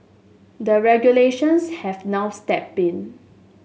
the regulations have now stepped in